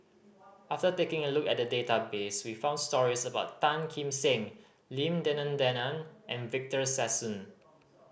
after taking a look at the database we found stories about Tan Kim Seng Lim Denan Denon and Victor Sassoon